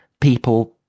people